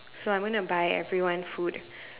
so I'm gonna buy everyone food